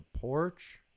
porch